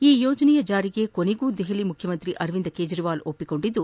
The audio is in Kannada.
ಈ ಯೋಜನೆಯ ಜಾರಿಗೆ ಕೊನೆಗೂ ದೆಹಲಿ ಮುಖ್ಲಮಂತ್ರಿ ಅರವಿಂದ್ ಕೇಜ್ರವಾಲ್ ಜಾರಿಗೆ ಒಪ್ಪಿಗೆಕೊಂಡಿದ್ದು